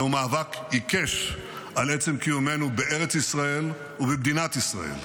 זהו מאבק עיקש על עצם קיומנו בארץ ישראל ובמדינת ישראל.